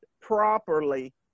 properly